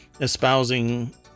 espousing